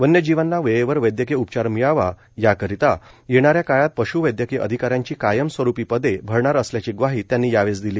वन्यजीवांना वेळेवर वैद्यकीय उपचार मिळावा याकरिता येणाऱ्या काळात पश्वैदयकीय अधिकाऱ्यांची कायम स्वरूपी पदे अरणार असल्याची ग्वाही त्यांनी या वेळेस दिली